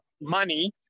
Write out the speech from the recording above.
money